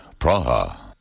Praha